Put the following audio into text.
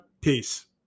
peace